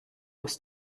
aus